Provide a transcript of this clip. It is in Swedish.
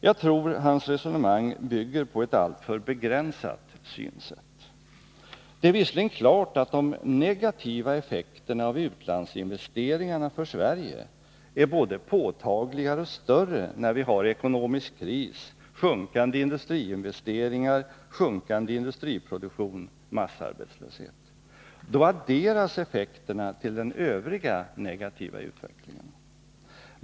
Jag tror hans resonemang bygger på ett alltför begränsat synsätt. Det är visserligen klart att de negativa effekterna av utlandsinvesteringarna för Sverige är både påtagligare och större när vi har ekonomisk kris, sjunkande industriinvesteringar, sjunkande industriproduktion och massarbetslöshet. Då adderas effekterna till den övriga negativa utvecklingen.